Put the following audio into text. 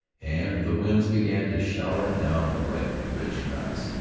and the winds began to shower down the ripe, rich nuts.